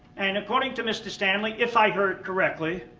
and according to mr. stanley, if i heard correctly,